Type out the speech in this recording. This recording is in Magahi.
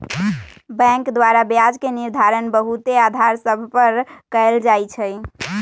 बैंक द्वारा ब्याज के निर्धारण बहुते अधार सभ पर कएल जाइ छइ